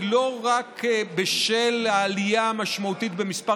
היא לא רק בשל העלייה המשמעותית במספר